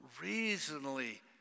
reasonably